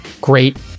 great